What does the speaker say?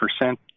percent